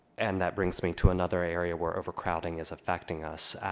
and that brings me to another area where overcrowding is affecting us.